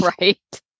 Right